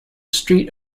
street